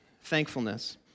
thankfulness